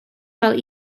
fel